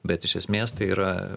bet iš esmės tai yra